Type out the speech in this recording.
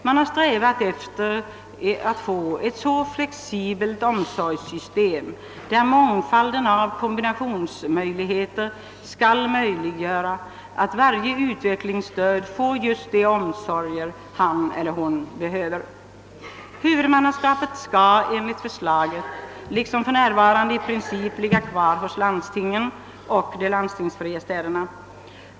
Man har strävat efter att få ett så flexibelt omsorgssystem som möjligt, där mångfalden av kombinationsmöjligheter skall möjliggöra att varje utvecklingsstörd får just de omsorger han eller hon behöver. Huvudmannaskapet skall enligt lagförslaget liksom för närvarande i princip ligga kvar hos landstingen och de landstingsfria städerna.